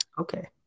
Okay